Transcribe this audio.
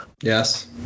yes